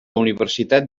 universitat